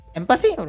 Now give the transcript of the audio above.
empathy